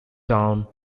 town